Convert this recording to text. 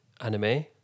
anime